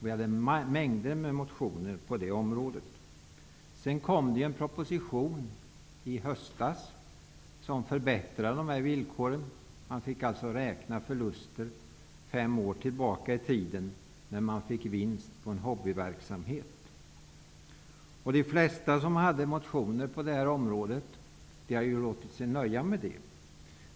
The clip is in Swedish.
Vi hade mängder med motioner på det området. I höstas kom det en proposition som förbättrade de här villkoren. Man fick alltså räkna förluster fem år tillbaka i tiden, när man fick vinst på en hobbyverksamhet. De flesta som hade motioner på det här området har låtit sig nöja med det.